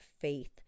faith